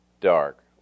dark